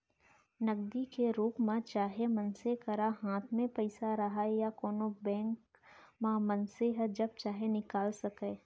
नगदी के रूप म चाहे मनसे करा हाथ म पइसा रहय या कोनों बेंक म मनसे ह जब चाहे निकाल सकय